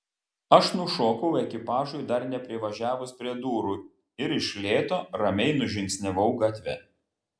aš nušokau ekipažui dar neprivažiavus prie durų ir iš lėto ramiai nužingsniavau gatve